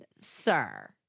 Sir